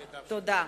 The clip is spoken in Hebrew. תודה.